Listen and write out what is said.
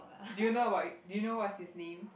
do you know about it do you know what's his name